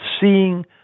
seeing